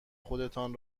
خودتان